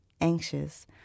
anxious